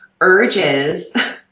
urges